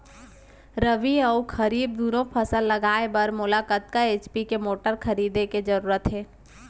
रबि व खरीफ दुनो फसल लगाए बर मोला कतना एच.पी के मोटर खरीदे के जरूरत हे?